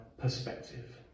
perspective